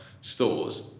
stores